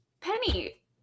Penny